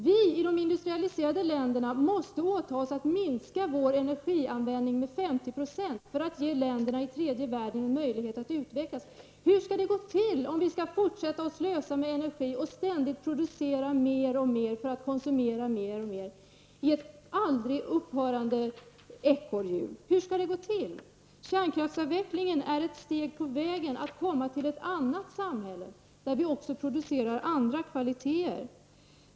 Vi i de industrialiserade länderna måste åta oss att minska vår energianvändning med 50 % för att ge länderna i tredje världen en möjlighet att utvecklas. Hur skall det gå till om vi skall fortsätta att slösa med energi och ständigt producera mer och mer för att konsumera mer och mer i ett aldrig upphörande ekorrhjul. Hur skall det gå till? Kärnkraftsavvecklingen är ett steg på vägen att komma till ett annat samhälle där vi också producerar andra kvaliteter.